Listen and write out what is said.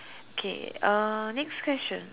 K uh next question